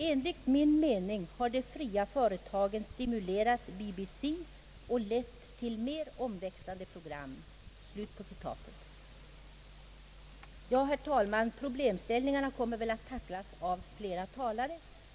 Enligt min mening har de fria företagen stimulerat BBC och lett till mera omväxlande program.» Herr talman, problemställningarna kommer väl att tas upp av fler talare.